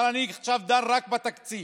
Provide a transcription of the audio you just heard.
אבל אני עכשיו דן רק בתקציב.